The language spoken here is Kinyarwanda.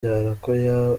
cyaha